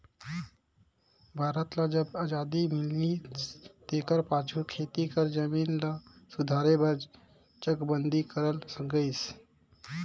भारत ल जब अजादी मिलिस तेकर पाछू खेती कर जमीन ल सुधारे बर चकबंदी करल गइस